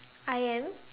I am